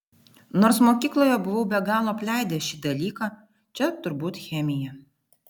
nors mokykloje buvau be galo apleidęs šį dalyką čia turbūt chemija